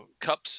cups